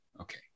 Okay